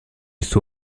suo